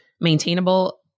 maintainable